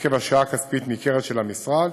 עקב השקעה כספית ניכרת של המשרד,